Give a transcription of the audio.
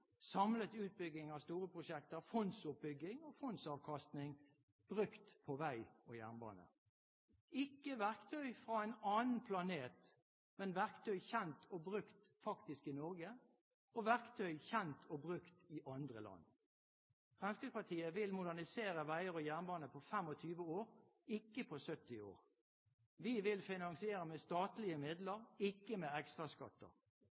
samlet utbygging av store prosjekter, fondsoppbygging og fondsavkastning brukt på vei og jernbane. Ikke verktøy fra en annen planet, men verktøy kjent og brukt faktisk i Norge – og verktøy kjent og brukt i andre land. Fremskrittspartiet vil modernisere veier og jernbane på 25 år, ikke på 70 år. Vi vil finansiere med statlige midler – ikke med ekstraskatter.